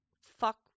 Fuck